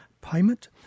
payment